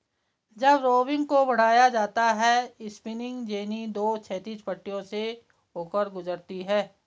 जब रोविंग को बढ़ाया जाता है स्पिनिंग जेनी दो क्षैतिज पट्टियों से होकर गुजरती है